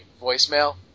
voicemail